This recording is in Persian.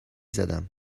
زدم